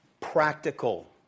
practical